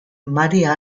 maria